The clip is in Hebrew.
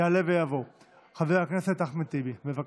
יעלה ויבוא חבר הכנסת אחמד טיבי, בבקשה.